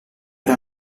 era